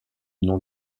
nom